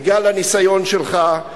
בגלל הניסיון שלך,